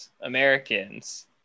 Americans